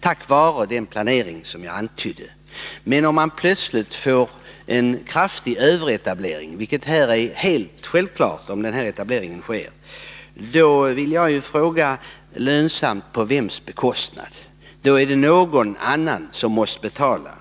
tack vare den planering som jag antydde. Men om man plötsligt får en kraftig överetablering — vilket helt självklart blir fallet om den här etableringen kommer till stånd — då vill jag fråga: Lönsam på vems bekostnad? Då är det någon annan som måste betala.